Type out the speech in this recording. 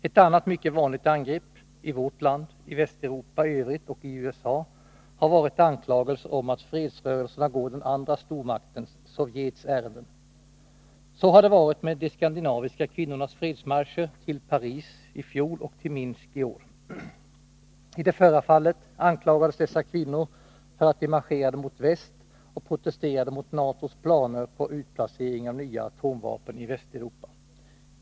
Ett annat mycket vanligt angrepp i vårt land, i Västeuropa i övrigt och i USA har varit anklagelser om att fredsrörelserna går den andra stormaktens, Sovjets, ärenden. Så har det varit med de skandinaviska kvinnornas fredsmarscher, till Paris i fjol och till Minsk i år. I det förra fallet anklagades dessa kvinnor för att de marscherade mot väst och protesterade mot NATO:s planer på utplacering av nya atomvapen i Västeuropa.